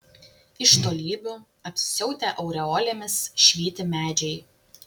iš tolybių apsisiautę aureolėmis švyti medžiai